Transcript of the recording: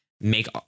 make